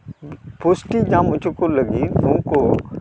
ᱯᱩᱥᱴᱤ ᱧᱟᱢ ᱚᱪᱚ ᱠᱚ ᱞᱟᱹᱜᱤᱫ ᱩᱱᱠᱩ